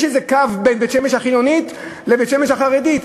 יש איזה קו בין בית-שמש החילונית לבית-שמש החרדית.